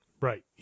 Right